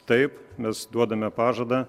taip mes duodame pažadą